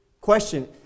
Question